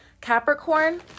capricorn